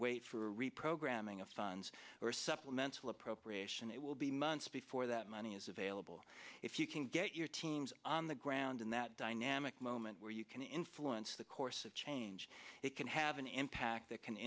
wait for reprogramming of funds or supplemental appropriation it will be months before that money is available if you can get your teams on the ground in that dynamic moment where you can influence the course of change it can have an impact that can